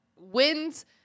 wins